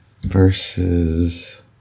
versus